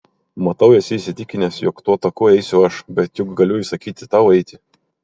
matau esi įsitikinęs jog tuo taku eisiu aš bet juk galiu įsakyti tau eiti